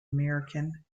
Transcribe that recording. american